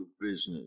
business